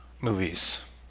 movies